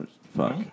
Fuck